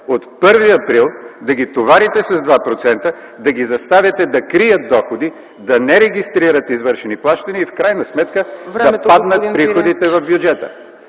от 1 април да ги товарите с 2%, да ги заставяте да крият доходи, да не регистрират извършени плащания и в крайна сметка да паднат приходите в бюджета.